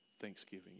thanksgiving